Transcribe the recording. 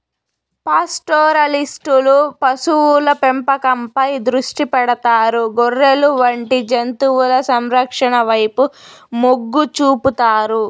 పాస్టోరలిస్టులు పశువుల పెంపకంపై దృష్టి పెడతారు, గొర్రెలు వంటి జంతువుల సంరక్షణ వైపు మొగ్గు చూపుతారు